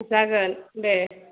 जागोन दे